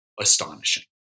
astonishing